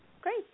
Great